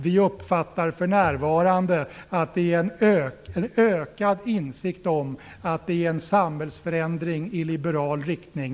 Vi uppfattar för närvarande att det finns en ökad insikt om att Sverige behöver en samhällsförändring i liberal riktning.